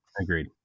Agreed